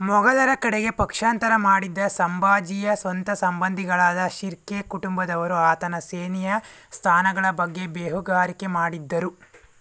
ಮೊಘಲರ ಕಡೆಗೆ ಪಕ್ಷಾಂತರ ಮಾಡಿದ್ದ ಸಂಭಾಜಿಯ ಸ್ವಂತ ಸಂಬಂಧಿಗಳಾದ ಶಿರ್ಕೆ ಕುಟುಂಬದವರು ಆತನ ಸೇನೆಯ ಸ್ಥಾನಗಳ ಬಗ್ಗೆ ಬೇಹುಗಾರಿಕೆ ಮಾಡಿದ್ದರು